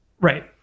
Right